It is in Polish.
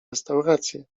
restaurację